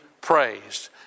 praised